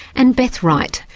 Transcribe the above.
and beth wright,